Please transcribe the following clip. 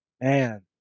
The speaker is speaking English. man